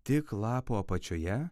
tik lapo apačioje